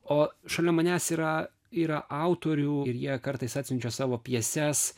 o šalia manęs yra yra autorių ir jie kartais atsiunčia savo pjeses